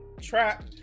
Trap